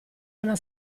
una